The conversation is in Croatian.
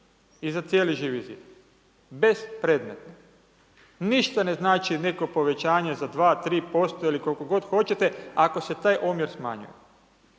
i za cijeli Živi zid bespredmetno. Ništa ne znači neko povećanje za 2, 3% ili koliko god hoćete, ako se taj omjer smanji.